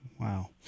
Wow